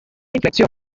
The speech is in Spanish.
inflexión